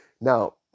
Now